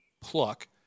pluck